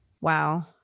Wow